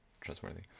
trustworthy